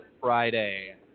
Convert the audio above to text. Friday